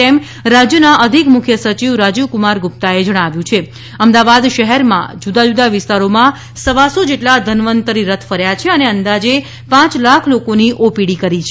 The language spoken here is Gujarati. એમ રાજ્યના અધિક મુખ્ય સચિવ રાજીવકુમાર ગુપ્તાએ જણાવ્યું છે અમદાવાદ શહેરમાં જુદા જુદા વિસ્તારમાં સવાસો જેટલા ધન્વતંરી રથ ફર્યા છે અને અંદાજે પાંચ લાખ લોકોની ઓપીડી કરી છે